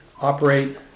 operate